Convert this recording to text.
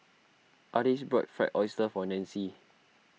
Ardis bought Fried Oyster for Nancy